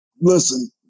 Listen